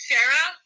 Sarah